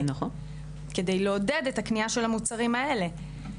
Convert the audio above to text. כדי לעודד את הקנייה של המוצרים האלה,